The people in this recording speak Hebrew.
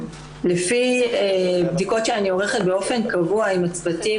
לפי בדיקות שאני עורכת באופן קבוע עם הצוותים